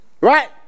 Right